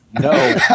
No